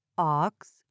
Ox